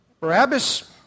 Barabbas